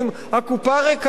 אנחנו במשבר.